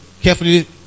carefully